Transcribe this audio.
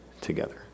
together